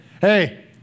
hey